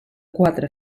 quatre